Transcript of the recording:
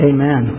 Amen